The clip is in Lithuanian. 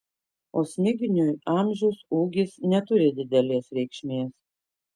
o smiginiui amžius ūgis neturi didelės reikšmės